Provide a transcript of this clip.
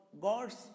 God's